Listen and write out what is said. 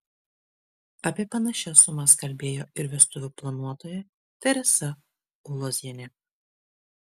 apie panašias sumas kalbėjo ir vestuvių planuotoja teresa ulozienė